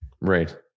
Right